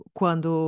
quando